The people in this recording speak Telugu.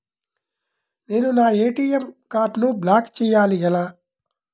నేను నా ఏ.టీ.ఎం కార్డ్ను బ్లాక్ చేయాలి ఎలా?